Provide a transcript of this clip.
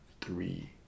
three